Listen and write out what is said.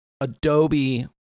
Adobe